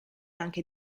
anche